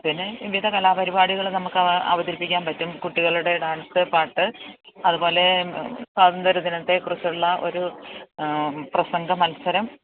പിന്നെ വിവിധ കലാപരിപാടികൾ നമുക്ക് അവതരിപ്പിക്കാന് പറ്റും കുട്ടികളുടെ ഡാൻസ് പാട്ട് അതുപോലെ സ്വാതന്ത്ര്യദിനത്തെക്കുറിച്ചുള്ള ഒരു പ്രസംഗമത്സരം